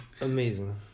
Amazing